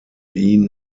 ihn